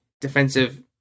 defensive